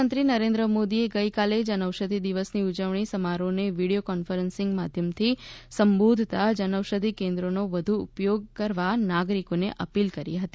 પ્રધાનમંત્રી નરેન્દ્ર મોદીએ ગઈકાલે જનઔષધિ દિવસની ઉજવણી સમારોહને વીડિયો કોન્ફરન્સિંગ માધ્યમથી સંબોધતા જનઔષધિ કેન્દ્રનો વધુ ઉપયોગ કરવા નાગરિકોને અપીલ કરી હતી